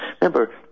Remember